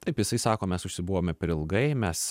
taip jisai sako mes užsibuvome per ilgai mes